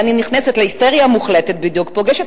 ואני נכנסת להיסטריה מוחלטת: אני פוגשת